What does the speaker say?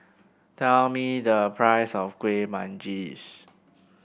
tell me the price of Kueh Manggis